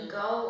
go